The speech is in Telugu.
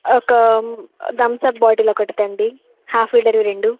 ఒక తమ్సప్ బాటిల్ ఒకటి తేవండి ఆఫ్ లీటర్వి రెండు